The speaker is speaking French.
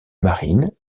marines